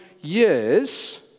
years